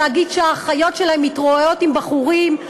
אומרים שהאחיות שלהן מתרועעות עם בחורים,